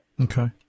Okay